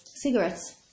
Cigarettes